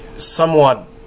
somewhat